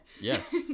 yes